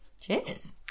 Cheers